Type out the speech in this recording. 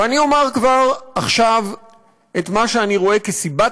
ואני אומר כבר עכשיו את מה שאני רואה כסיבת